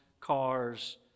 cars